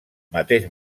mateix